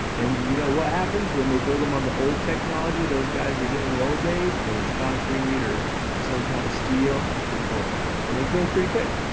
and you know what happens when they build them on the old technology, those guys would do in the old days where it's concrete, or some kind of steel? they corrode. corrode. and they corrode pretty quick.